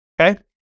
Okay